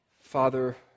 Father